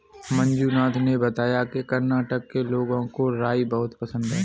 मंजुनाथ ने बताया कि कर्नाटक के लोगों को राई बहुत पसंद है